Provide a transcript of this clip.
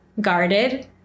guarded